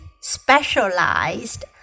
specialized